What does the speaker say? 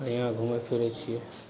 बढ़िआँ घुमै फिरै छिए